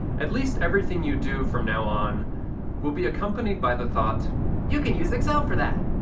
at least everything you do from now on will be accompanied by the thought you can use excel for that.